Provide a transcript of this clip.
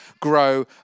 grow